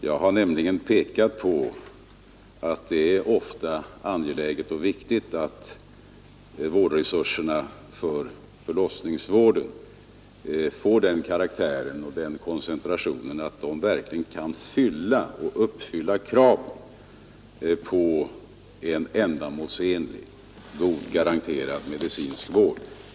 Det jag pekat på är att det är angeläget och viktigt att vårdresurserna för förlossningsvården får den karaktär och den koncentration att de kan uppfylla kraven på en garanterat ändamålsenlig och god medicinsk vård.